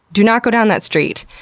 do not go down that street!